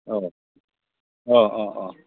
अ अ अ अ